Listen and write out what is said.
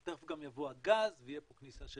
תיכף גם יבוא הגז ותהיה פה כניסה של